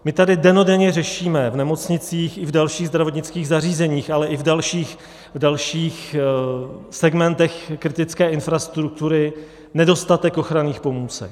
My tady dennodenně řešíme v nemocnicích i v dalších zdravotnických zařízeních, ale i v dalších segmentech kritické infrastruktury nedostatek ochranných pomůcek.